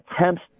attempts